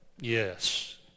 Yes